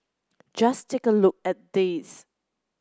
just take a look at these